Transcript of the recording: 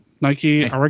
Nike